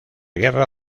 guerra